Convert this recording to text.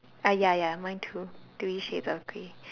ah ya ya mine too three shades of grey